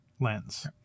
lens